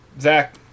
Zach